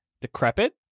decrepit